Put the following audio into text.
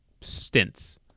stints